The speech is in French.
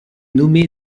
nommé